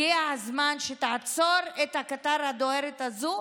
הגיע הזמן שתעצור את הקטר הדוהר הזה.